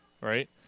right